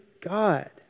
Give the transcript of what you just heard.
God